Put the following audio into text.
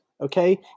okay